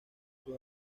sus